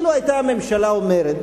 אילו היתה הממשלה אומרת,